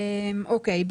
מתקדמים.